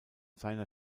seiner